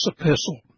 epistle